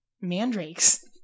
mandrakes